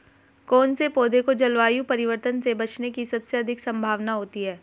कौन से पौधे को जलवायु परिवर्तन से बचने की सबसे अधिक संभावना होती है?